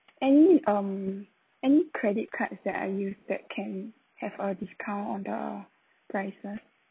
any um any credit cards that I use that can have a discount on the prices